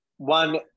One